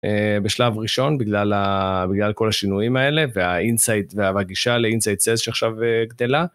בשלב ראשון בגלל כל השינויים האלה והאינסייט והגישה לאינסייט סייז שעכשיו גדלה.